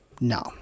No